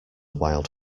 wild